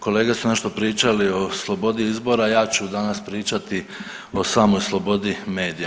Kolege su nešto pričali o slobodi izbora, ja ću danas pričati o samoj slobodi medija.